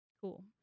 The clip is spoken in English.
Cool